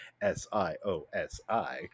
S-I-O-S-I